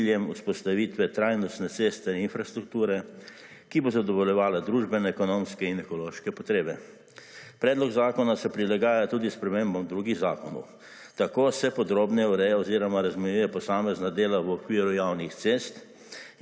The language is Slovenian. z ciljem vzpostavitve trajnostne ceste infrastrukture, ki bo zadovoljevala družben, ekonomski in ekološke potrebe. Predlog zakona se prilagaja tudi s spremembam drugih zakonov tako se podrobneje ureja oziroma razmejuje posamezna dela v okviru javnih cest